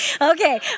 Okay